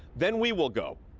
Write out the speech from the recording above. then we will go.